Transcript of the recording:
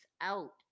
out